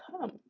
come